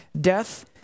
death